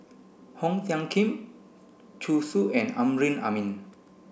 Ong Tiong Khiam Zhu Xu and Amrin Amin